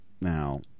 now